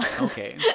Okay